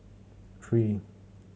three